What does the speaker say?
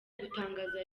gutangaza